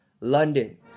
London